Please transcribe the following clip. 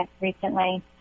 recently